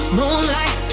moonlight